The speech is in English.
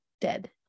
dead